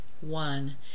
one